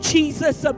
Jesus